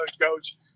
Coach